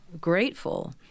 grateful